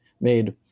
made